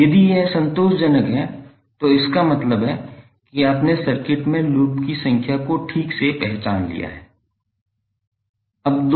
यदि यह संतोषजनक है तो इसका मतलब है कि आपने सर्किट में लूप की संख्या को ठीक से पहचान लिया है